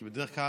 כי בדרך כלל,